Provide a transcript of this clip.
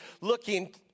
looking